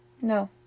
No